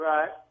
Right